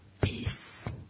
peace